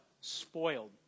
Spoiled